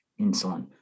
insulin